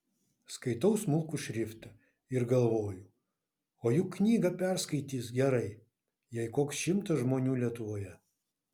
skaitau smulkų šriftą ir galvoju o juk knygą perskaitys gerai jei koks šimtas žmonių lietuvoje